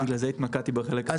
בגלל זה התמקדתי בחלק הבין-לאומי.